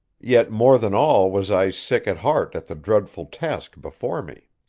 yet, more than all was i sick at heart at the dreadful task before me.